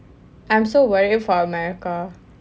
I'm so worried for america